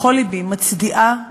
בכל לבי, מצדיעה